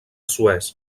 suez